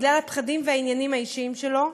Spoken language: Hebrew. בגלל הפחדים והעניינים האישיים שלו,